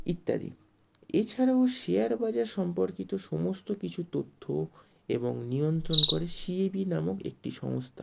ইত্যাদি এছাড়াও শেয়ার বাজার সম্পর্কিত সমস্ত কিছু তথ্য এবং নিয়ন্ত্রণ করে সিএবি নামক একটি সংস্থা